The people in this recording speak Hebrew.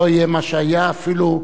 לא יהיה מה שהיה, אפילו לרגע.